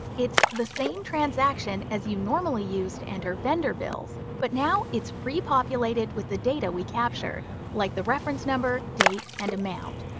it's the same transaction as you normally use to enter vendor bills. but now it's pre-populated with the data we captured like the reference number, date and amount.